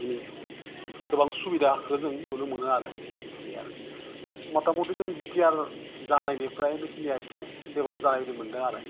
दोनै गोबां सुबिदाखौ नुनो मोनो आरो बे आरो मथा मुथि जोङो बिटियार जानायनिफ्राय बे खिनिया एसे डेब्लाभ जानाय बायदि मोनदों आरो